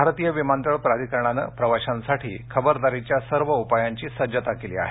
भारतीय विमानतळ प्राधिकरणानं प्रवाशांसाठी खबरदारीच्या सर्व उपायांची सज्जता केली आहे